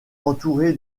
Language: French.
entouré